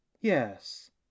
Yes